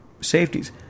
Safeties